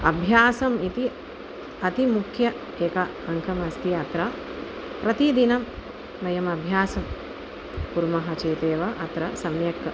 अभ्यासम् इति अतिमुख्यम् एकम् अङ्गमस्ति अत्र प्रतिदिनं वयमभ्यासं कुर्मः चेदेव अत्र सम्यक्